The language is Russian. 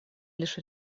лишь